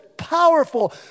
powerful